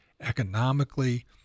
economically